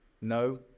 No